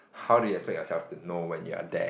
how do you expect yourself to know when you're there